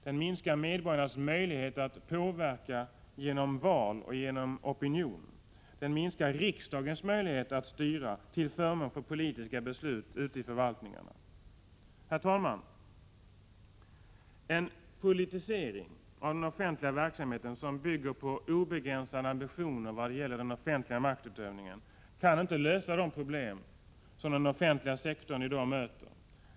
Den minskar medborgarnas möjligheter att påverka genom val och opinion, och den minskar riksdagens möjligheter att styra till förmån för politiska beslut ute i förvaltningarna. Herr talman! En politisering av den offentliga verksamheten som bygger på en obegränsad ambition i vad gäller den offentliga maktutövningen kan inte lösa de problem som den offentliga sektorn möter i dag.